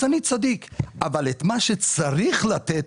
אז אני צדיק אבל אתמה שצריך לתת,